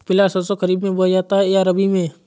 पिला सरसो खरीफ में बोया जाता है या रबी में?